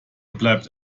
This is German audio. bleibt